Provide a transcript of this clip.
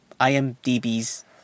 IMDb's